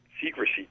Secrecy